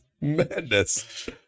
madness